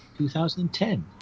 2010